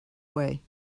way